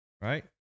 Right